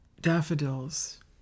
daffodils